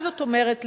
מה זאת אומרת?